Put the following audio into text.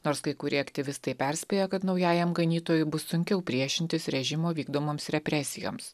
nors kai kurie aktyvistai perspėja kad naujajam ganytojui bus sunkiau priešintis režimo vykdomoms represijoms